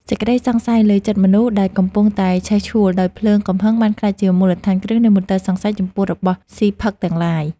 សេចក្តីសង្ស័យលើចិត្តមនុស្សដែលកំពុងតែឆេះឈួលដោយភ្លើងកំហឹងបានក្លាយជាមូលដ្ឋានគ្រឹះនៃមន្ទិលសង្ស័យចំពោះរបស់ស៊ីផឹកទាំងឡាយ។